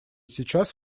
сейчас